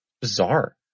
bizarre